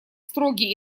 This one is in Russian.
строгий